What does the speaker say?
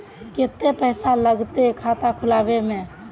केते पैसा लगते खाता खुलबे में?